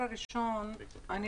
אסור להעביר את זה.